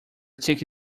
take